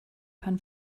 pan